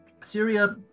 Syria